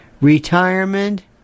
retirement